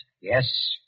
Yes